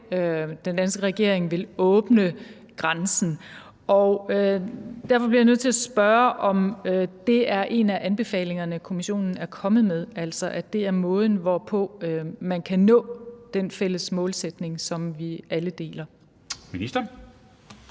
den danske regering vil åbne grænsen. Derfor bliver jeg nødt til at spørge, om det er en af anbefalingerne, Kommissionen er kommet med, altså at det er måden, hvorpå man kan nå den fælles målsætning, som vi alle deler. Kl.